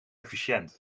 efficiënt